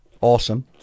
awesome